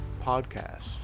Podcast